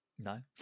No